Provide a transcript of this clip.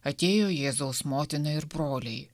atėjo jėzaus motina ir broliai